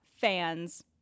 fans